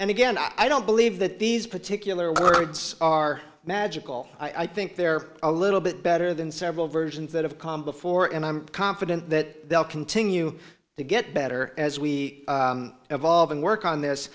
and again i don't believe that these particular words are magical i think they're a little bit better than several versions that have come before and i'm confident that they'll continue to get better as we evolve and work on this